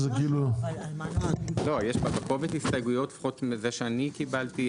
יש בקובץ ההסתייגויות שאני קיבלתי,